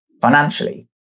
financially